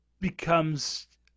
becomes